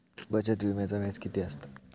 बचत विम्याचा व्याज किती असता?